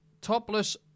topless